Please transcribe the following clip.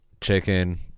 chicken